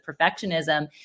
perfectionism